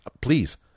please